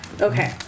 Okay